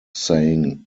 saying